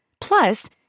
Plus